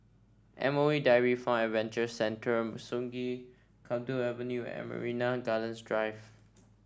M O E Dairy Farm Adventure Centre Sungei Kadut Avenue and Marina Gardens Drive